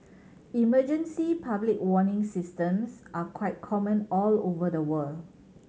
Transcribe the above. emergency public warning systems are quite common all over the world